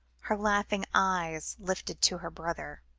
her laughing eyes lifted to her brother.